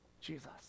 Jesus